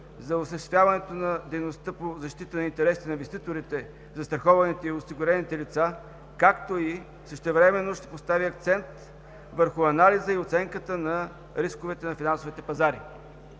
за осъществяването на дейността по защита на интересите на инвеститорите, застрахованите и осигурените лица, както и същевременно ще постави акцент върху анализа и оценката на рисковете на финансовите пазари.